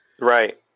Right